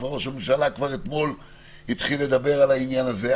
ראש הממשלה כבר אתמול התחיל לדבר על העניין הזה.